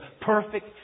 perfect